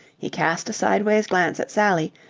he cast a sideways glance at sally,